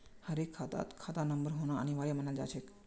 हर एक खातात खाता नंबर होना अनिवार्य मानाल जा छे